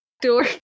Door